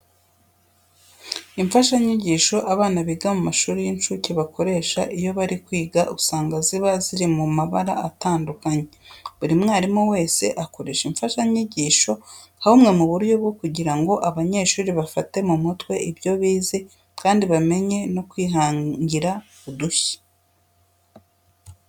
Imfashanyigisho abana biga mu mashuri y'incuke bakoresha iyo bari kwiga, usanga ziba ziri mu mabara atandukanye. Buri mwarimu wese akoresha imfashanyigisho nka bumwe mu buryo bwo kugira ngo abanyeshuri bafate mu mutwe ibyo bize kandi bamenye no kwihangira udushya.